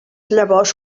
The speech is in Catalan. llavors